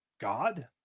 God